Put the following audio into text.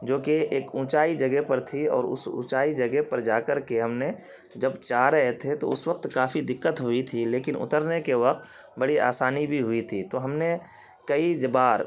جوکہ ایک اونچائی جگہ پر تھی اور اس اونچائی جگہ پر جا کر کے ہم نے جب چا رہے تھے تو اس وقت کافی دقت ہوئی تھی لیکن اترنے کے وقت بڑی آسانی بھی ہوئی تھی تو ہم نے کئی جبار